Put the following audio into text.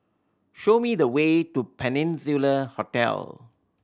show me the way to Peninsula Hotel